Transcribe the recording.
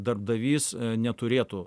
darbdavys neturėtų